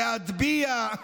להטביע,